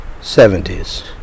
70s